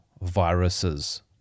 viruses